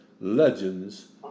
legends